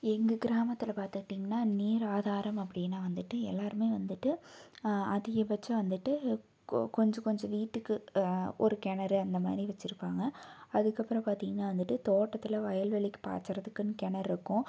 எங்கள் கிராமத்தில் பார்த்துக்கிட்டிங்னா நீர் ஆதாரம் அப்படினா வந்துட்டு எல்லோருமே வந்துட்டு அதிகப்பட்சம் வந்துட்டு கொ கொஞ்சம் கொஞ்சம் வீட்டுக்கு ஒரு கிணறு அந்த மாதிரி வச்சுருப்பாங்க அதுக்கப்புறம் பார்த்திங்னா வந்துட்டு தோட்டத்தில் வயல் வெளிக்கு பாச்சுறத்துக்குனு கிணருக்கும்